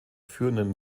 führenden